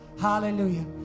Hallelujah